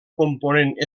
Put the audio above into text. component